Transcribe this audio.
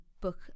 book